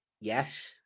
Yes